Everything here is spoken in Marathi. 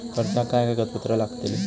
कर्जाक काय कागदपत्र लागतली?